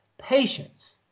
Patience